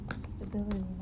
Stability